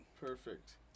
perfect